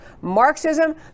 Marxism